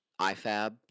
IFAB